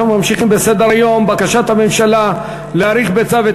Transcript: אנחנו ממשיכים בסדר-היום: בקשת הממשלה להאריך בצו את